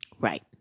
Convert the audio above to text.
Right